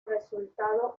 resultado